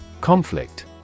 Conflict